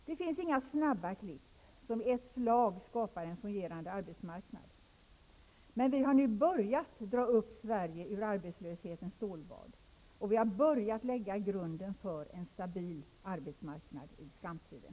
Det finns inga snabba klipp som i ett slag skapar en fungerande arbetsmarknad, men vi har nu börjat dra upp Sverige ur arbetslöshetens stålbad, och vi har börjat lägga grunden för en stabil arbetsmarknad i framtiden.